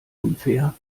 unfair